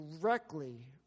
directly